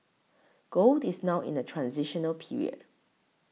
gold is now in the transitional period